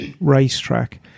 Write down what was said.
racetrack